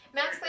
Max